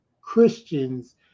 Christians